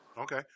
Okay